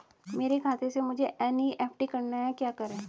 मेरे खाते से मुझे एन.ई.एफ.टी करना है क्या करें?